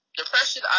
depression